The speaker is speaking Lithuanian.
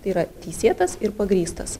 yra teisėtas ir pagrįstas